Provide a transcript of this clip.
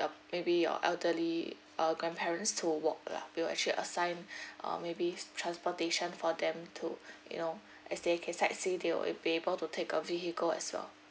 ya maybe your elderly uh grandparents to walk lah we'll actually assign uh maybe transportation for them to you know as they can sightsee they will be able to take a vehicle as well